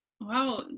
Wow